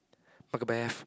MacBeth